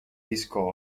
disco